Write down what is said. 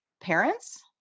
parents